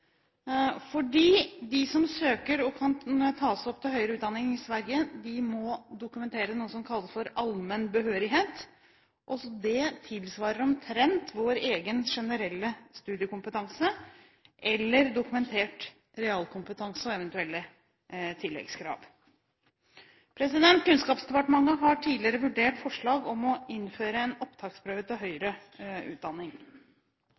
De som søker om å bli tatt opp til høyere utdanning i Sverige, må dokumentere noe som kalles «allmenn behörighet», som tilsvarer omtrent vår generelle studiekompetanse eller dokumentert realkompetanse og eventuelle tilleggskrav. Kunnskapsdepartementet har tidligere vurdert forslag om å innføre en opptaksprøve til høyere utdanning.